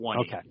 okay